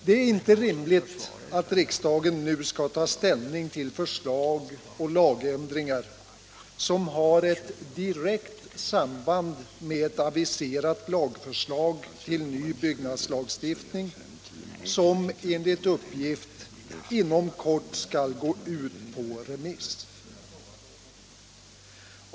Det är inte rimligt att riksdagen nu skall ta ställning till förslag och lagändringar som har ett direkt samband med ett aviserat lagförslag till ny byggnadslagstiftning, som enligt uppgift inom kort skall gå ut på remiss.